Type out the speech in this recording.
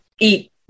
EAT